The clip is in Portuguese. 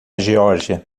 geórgia